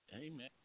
Amen